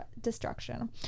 destruction